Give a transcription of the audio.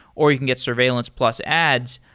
or you can get surveillance plus ads.